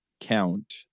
Count